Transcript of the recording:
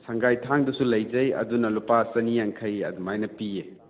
ꯁꯪꯒꯥꯏ ꯊꯥꯡꯗꯨꯁꯨ ꯂꯩꯖꯩ ꯑꯗꯨꯅ ꯂꯨꯄꯥ ꯆꯥꯅꯤ ꯌꯥꯡꯈꯩ ꯑꯗꯨꯃꯥꯏꯅ ꯄꯤꯌꯦ